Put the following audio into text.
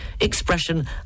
expression